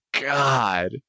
God